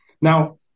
Now